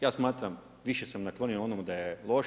Ja smatram, više sam naklonjen onom da je loš.